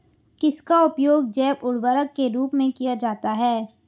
किसका उपयोग जैव उर्वरक के रूप में किया जाता है?